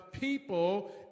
people